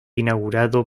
inaugurado